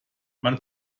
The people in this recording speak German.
man